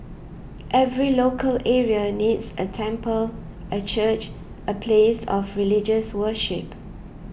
every local area needs a temple a church a place of religious worship